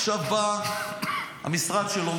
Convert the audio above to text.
עכשיו בא המשרד שלו,